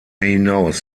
hinaus